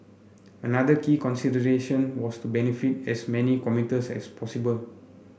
another key consideration was to benefit as many commuters as possible